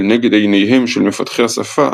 לנגד עיניהם של מפתחי השפה,